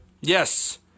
Yes